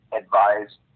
advised